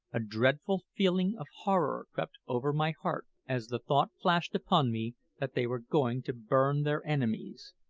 a dreadful feeling of horror crept over my heart as the thought flashed upon me that they were going to burn their enemies.